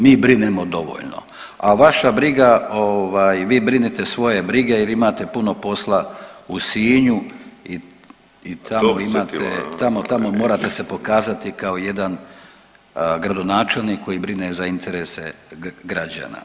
Mi brinemo dovoljno, a vaša briga ovaj vi brinite svoje brige jer imate puno posla u Sinju i tamo morate se pokazati kao jedan gradonačelnik koji brine za interese građana.